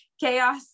chaos